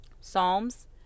Psalms